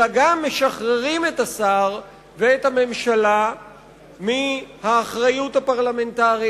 אלא גם משחררים את השר ואת הממשלה מהאחריות הפרלמנטרית,